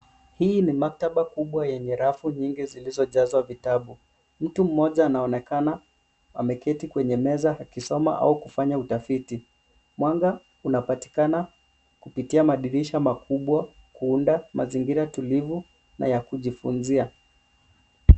Hii ni maktaba kubwa yenye rafu nyingi zilizojazwa vitabu. Mtu mmoja anaonekana ameketi kwenye meza akisoma au kufanya utafiti. Mwanga unapatikana kupitia madirisha makubwa kuunda mazingira tulivu na ya kujifunzia.